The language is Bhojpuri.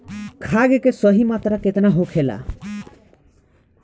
खाद्य के सही मात्रा केतना होखेला?